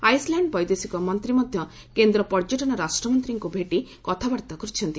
Iceland ବୈଦେଶିକ ମନ୍ତ୍ରୀ ମଧ୍ୟ କେନ୍ଦ୍ର ପର୍ଯ୍ୟଟନ ରାଷ୍ଟ୍ରମନ୍ତ୍ରୀଙ୍କୁ ଭେଟି କଥାବାର୍ତ୍ତା କରିଛନ୍ତି